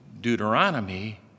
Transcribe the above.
Deuteronomy